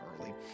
early